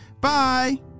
Bye